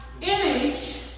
image